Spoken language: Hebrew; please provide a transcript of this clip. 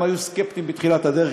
הם היו סקפטיים בתחילת הדרך,